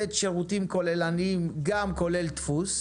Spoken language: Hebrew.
פתאום נכנס שחקן גדול, עם כוח גדול בשוק.